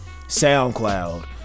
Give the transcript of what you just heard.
soundcloud